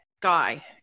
guy